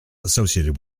associated